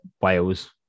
Wales